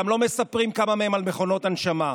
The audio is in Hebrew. גם לא מספרים כמה מהם על מכונות הנשמה.